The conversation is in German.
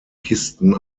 kisten